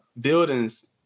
buildings